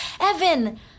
Evan